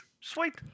sweet